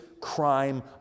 crime